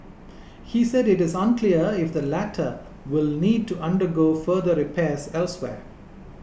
he said it is unclear if the latter will need to undergo further repairs elsewhere